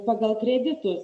pagal kreditus